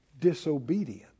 disobedient